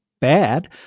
bad